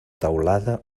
teulada